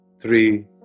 Three